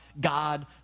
God